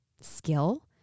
skill